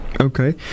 Okay